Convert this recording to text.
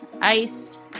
iced